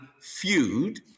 Feud